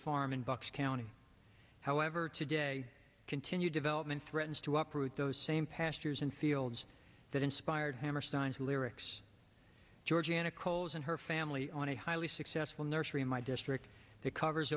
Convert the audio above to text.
farm in bucks county however today continued development threatens to uproot those same pastures and fields that inspired hammerstein's lyrics georgiana calls and her family on a highly successful nursery in my district that covers